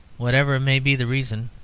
whatever may be the reason,